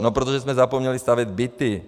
No protože jsme zapomněli stavět byty.